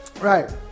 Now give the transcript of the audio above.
Right